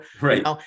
Right